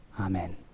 amen